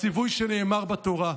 הציווי שנאמר בתורה,